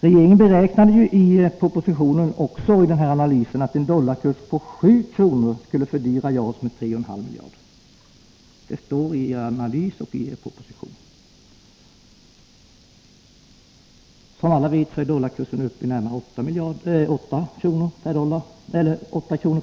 Regeringen beräknade i sin ekonomiska analys av JAS-projektet som ingår i propositionen, att en dollarkurs på 7 kr. skulle fördyra JAS med 3,5 miljarder. Som alla vet är dollarn nu uppe i närmare 8 kr.